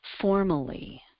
formally